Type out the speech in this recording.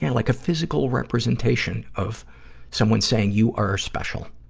yeah like a physical representation of someone saying you are special.